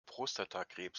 prostatakrebs